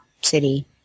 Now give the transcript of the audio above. City